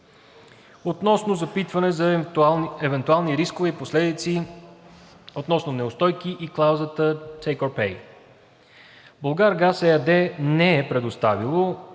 Относно запитване за евентуални рискове и последици от неустойки и клаузата take or pay. „Булгаргаз“ ЕАД не е предоставило